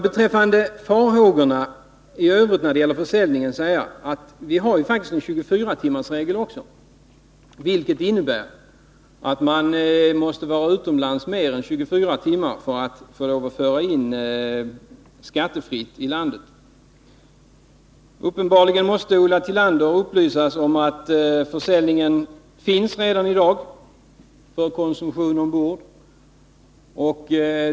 Beträffande farhågorna i övrigt när det gäller försäljningen vill jag säga att det faktiskt också finns en 24-timmarsregel, vilken innebär att man måste vara utomlands mer än 24 timmar för att skattefritt få föra in sprit och tobak i landet. Uppenbarligen måste Ulla Tillander upplysas om att försäljning av sprit förekommer redan i dag för konsumtion ombord.